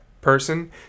person